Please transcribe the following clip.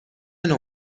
نوع